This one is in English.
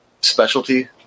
specialty